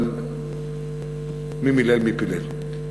אבל מי מילל, מי פילל.